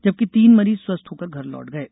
जबकि तीन मरीज स्वस्थ होकर घर र्लोट गये